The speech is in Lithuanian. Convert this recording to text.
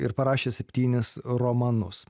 ir parašė septynis romanus